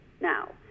now